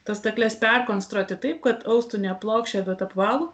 tas stakles perkonstruoti taip kad austų ne plokščią bet apvalų